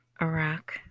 iraq